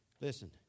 Listen